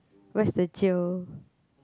where's the jio